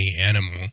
animal